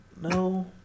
No